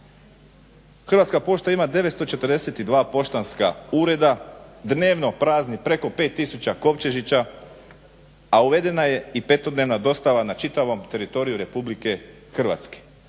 Hrvatska pošta ima 942 poštanska ureda, dnevno prazni preko 5000 kovčežića, a uvedena je i petodnevna dostava na čitavom teritoriju Republike Hrvatske,